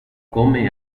come